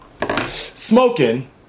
smoking